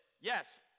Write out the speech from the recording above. Yes